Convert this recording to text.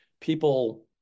people